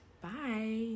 Bye